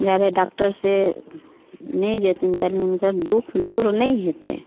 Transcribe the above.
जाबे डॉक्टर से नहि जयथिन ताले हुनकर दुःख दूर नहि हेतै